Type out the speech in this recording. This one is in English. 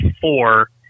four